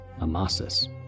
Amasis